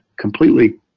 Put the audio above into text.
completely